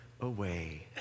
away